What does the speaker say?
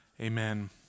Amen